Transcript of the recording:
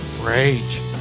Rage